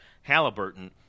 Halliburton